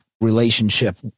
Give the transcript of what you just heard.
relationship